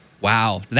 Wow